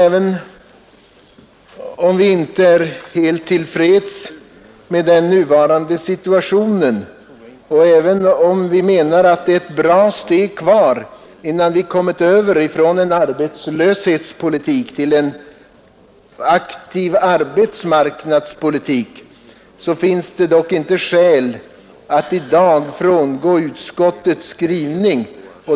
Även om vi inté är helt till freds med den nuvarande situationen och även om vi menar att det är ett bra steg kvar innan vi kommit över från en arbetslöshetspolitik till en aktiv arbetsmarknadspolitik, finns det dock inte skäl att i dag frångå utskottets skrivning.